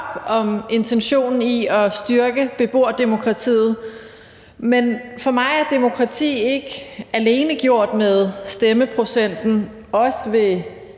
om intentionen i at styrke beboerdemokratiet, men for mig er demokrati ikke alene gjort med stemmeprocenten, også ved